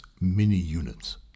mini-units